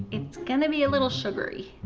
it's gonna be a little sugary.